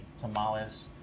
tamales